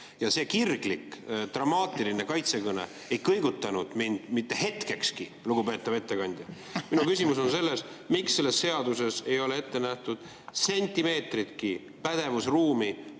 Ja see kirglik, dramaatiline kaitsekõne ei kõigutanud mind mitte hetkekski, lugupeetav ettekandja. (Jürgen Ligi naerab.) Minu küsimus on selles, miks selles seaduses ei ole ette nähtud sentimeetritki pädevusruumi